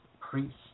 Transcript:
priest